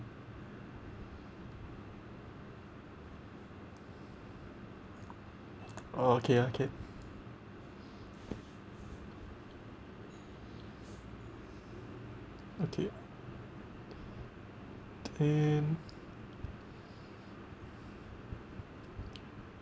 oh okay okay okay then